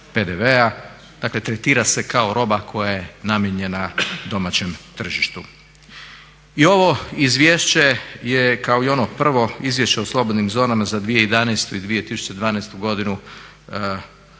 PDV-a. Dakle tretira se kao roba koja je namijenjena domaćem tržištu. I ovo izvješće je kao i ono prvo Izvješće o slobodnim zonama za 2011. i 2012. godinu